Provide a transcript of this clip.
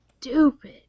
Stupid